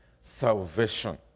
salvation